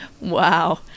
Wow